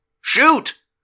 Shoot